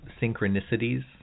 synchronicities